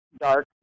dark